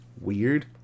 weird